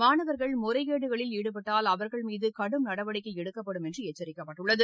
மாணவா்கள் முறைகேடுகளில் ஈடுபட்டால் அவா்கள் மீது கடும் நடவடிக்கை எடுக்கப்படும் என எச்சிக்கப்பட்டுள்ளது